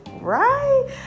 right